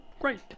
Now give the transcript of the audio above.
great